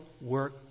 work